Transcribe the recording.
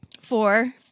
four